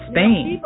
Spain